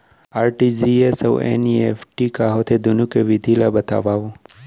RTGS अऊ NEFT का होथे, दुनो के विधि ला बतावव